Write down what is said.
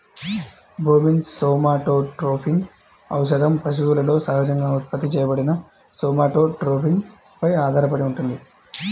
bovine somatotropin ఔషధం పశువులలో సహజంగా ఉత్పత్తి చేయబడిన సోమాటోట్రోపిన్ పై ఆధారపడి ఉంటుంది